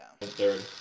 third